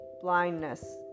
blindness